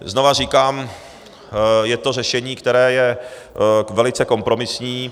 Znovu říkám, je to řešení, které je velice kompromisní.